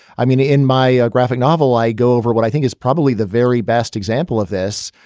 i mean, in my graphic novel, i go over what i think is probably the very best example of this.